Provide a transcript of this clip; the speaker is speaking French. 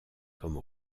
comme